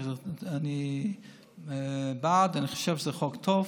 אני בעד, אני חושב שזה חוק טוב.